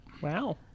Wow